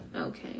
Okay